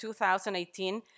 2018